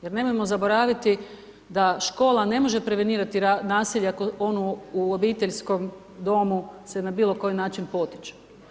Jer nemojmo zaboraviti da škola ne može prevenirati nasilje u obiteljskom domu se na bilo koji način potiče.